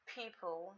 people